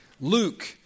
Luke